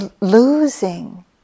losing